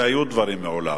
והיו דברים מעולם.